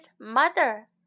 mother